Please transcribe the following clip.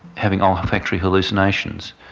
having olfactory hallucinations,